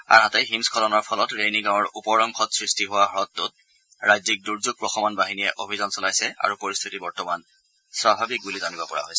আনহাতে হিমস্বলনৰ ফলত ৰেইণী গাঁৱৰ ওপৰ অংশত সৃষ্টি হোৱাৰ দ্ৰহটোত ৰাজ্যিক দূৰ্যোগ প্ৰশমন বাহিনীয়ে অভিযান চলাইছে আৰু পৰিস্থিতি বৰ্তমান স্বাভাৱিক জানিব পৰা হৈছে